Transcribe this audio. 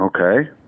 Okay